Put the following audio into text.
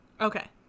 Okay